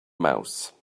mouse